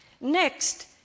Next